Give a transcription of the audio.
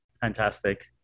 Fantastic